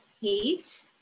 hate